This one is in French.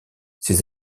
ces